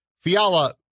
Fiala